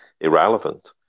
irrelevant